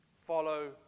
Follow